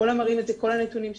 כל הנתונים מראים את זה,